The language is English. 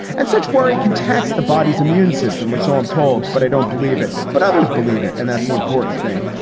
and such worry can tax the body's immune system, or so i'm told, but i don't believe it. but others believe it. and that's the important thing.